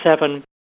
seven